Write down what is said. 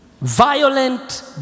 violent